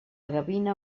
gavina